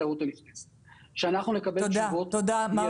בתיירות הנכנסת בשביל שאנחנו נקבל תשובות מידיות.